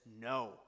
no